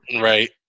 Right